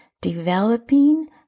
developing